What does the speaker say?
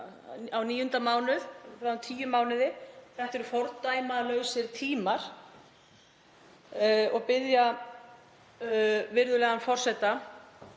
á níunda mánuð, bráðum tíu mánuði: Þetta eru fordæmalausir tímar. Ég bið virðulegan forseta